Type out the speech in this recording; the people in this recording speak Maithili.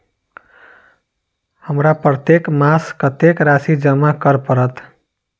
हमरा प्रत्येक मास कत्तेक राशि जमा करऽ पड़त?